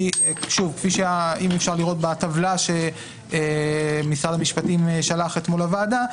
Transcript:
כי כפי שאפשר לראות בטבלה שמשרד המשפטים שלח אתמול לוועדה,